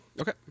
Okay